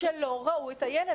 שלא ראו את הילד,